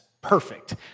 perfect